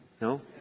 No